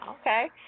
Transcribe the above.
Okay